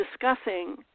discussing